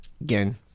Again